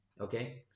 okay